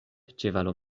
ĉevalo